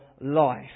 life